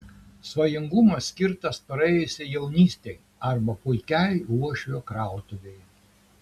svajingumas skirtas praėjusiai jaunystei arba puikiai uošvio krautuvei